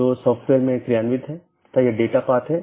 जिसके माध्यम से AS hops लेता है